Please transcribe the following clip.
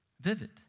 vivid